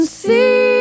see